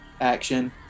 action